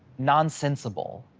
non sensible.